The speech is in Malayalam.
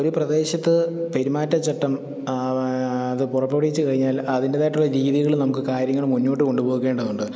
ഒരു പ്രദേശത്ത് പെരുമാറ്റച്ചട്ടം അത് പുറപ്പെടുവിച്ച് കഴിഞ്ഞാൽ അതിന്റെതായിട്ടുള്ള രീതികള് നമുക്ക് കാര്യങ്ങള് മുന്നോട്ട് കൊണ്ടുപോകേണ്ടതുണ്ട്